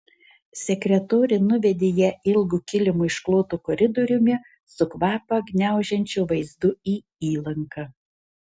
sekretorė nuvedė ją ilgu kilimu išklotu koridoriumi su kvapą gniaužiančiu vaizdu į įlanką